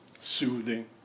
soothing